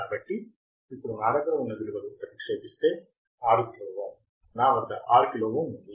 కాబట్టి ఇప్పుడు నా దగ్గర ఉన్న విలువలు ప్రతిక్షేపిస్తే 6 కిలో ఓం నా వద్ద 6 కిలో ఓం ఉంది